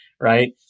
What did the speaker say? right